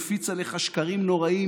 מפיץ עליך שקרים נוראים,